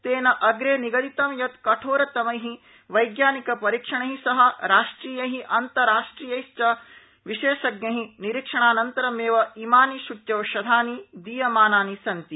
तेन अग्रे निगदितं यत् कठोरतमा विज्ञानिकपरीक्षण ि सह राष्ट्रिया अन्तराराष्ट्रिया विशेषज्ञ निरीक्षणानन्तरमेव इमानि सूच्यौषधानि दीयमानानि सन्ति